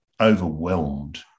overwhelmed